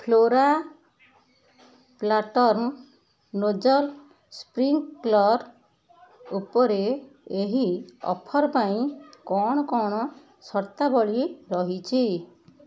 flora pattern nozzle sprinkler ଉପରେ ଏହି offer ପାଇଁ କ'ଣ କ'ଣ ସର୍ତ୍ତାବଳୀ ରହିଛି